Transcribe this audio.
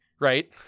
Right